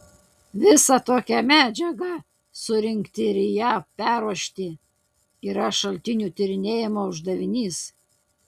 visą tokią medžiagą surinkti ir ją perruošti yra šaltinių tyrinėjimo uždavinys